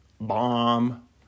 bomb